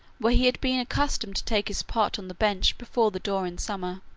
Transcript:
where he had been accustomed to take his pot on the bench before the door in summer,